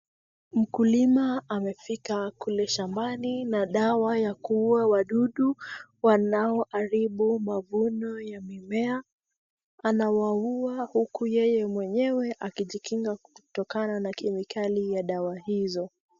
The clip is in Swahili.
Mkulima amefika kule shambani na dawa ya kuua wadudu wanaoharibu mavuno ya mimea. Anawauwa huku yeye mwenyewe akijikinga kutokana na kemikali ya dawa hizo.